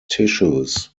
tissues